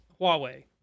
huawei